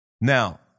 Now